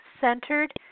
centered